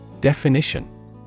Definition